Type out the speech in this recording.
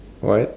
what